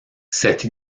cette